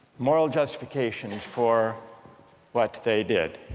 moral justifications for what they did?